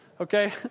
Okay